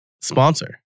sponsor